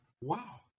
wow